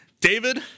David